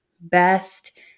best